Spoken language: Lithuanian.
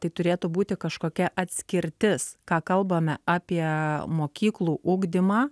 tai turėtų būti kažkokia atskirtis ką kalbame apie mokyklų ugdymą